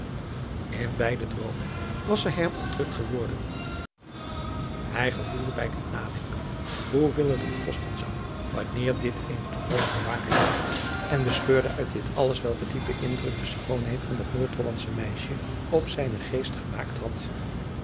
in beide droomen was zij hem ontrukt geworden hij gevoelde bij dit nadenken hoe veel het hem kosten zou wanneer dit eens toevallig bewaarheid werd en bespeurde uit dit alles welken diepen indruk de schoonheid van dat noordhollandsche meisje op zijnen geest gemaakt had